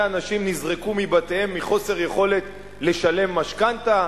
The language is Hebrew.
אנשים נזרקו מבתיהם מחוסר יכולת לשלם משכנתה,